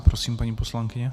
Prosím, paní poslankyně.